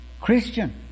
Christian